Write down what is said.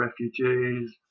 refugees